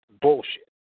bullshit